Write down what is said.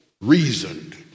reasoned